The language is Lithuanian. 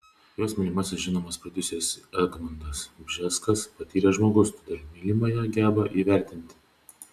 jos mylimasis žinomas prodiuseris egmontas bžeskas patyręs žmogus todėl mylimąją geba įvertinti